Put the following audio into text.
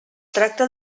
tracta